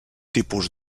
tipus